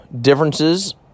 Differences